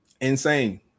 Insane